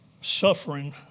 Suffering